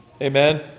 amen